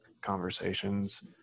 conversations